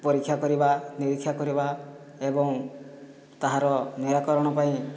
ପରୀକ୍ଷା କରିବା ନିରୀକ୍ଷା କରିବା ଏବଂ ତାହାର ନିରାକରଣ ପାଇଁ